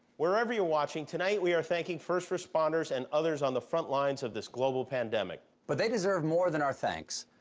wherever you're watching, tonight, we are thanking first responders and others on the front lines of this global pandemic. colbert but they deserve more than our thanks,